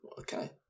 Okay